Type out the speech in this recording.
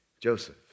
Joseph